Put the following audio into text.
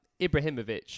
Ibrahimovic